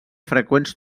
freqüents